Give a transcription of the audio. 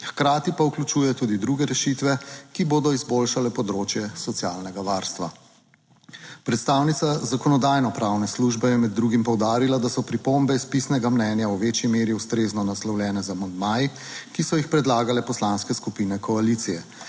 hkrati pa vključuje tudi druge rešitve, ki bodo izboljšale področje socialnega varstva. Predstavnica Zakonodajno-pravne službe je med drugim poudarila, da so pripombe iz pisnega mnenja v večji meri ustrezno naslovljene z amandmaji, ki so jih predlagale poslanske skupine koalicije.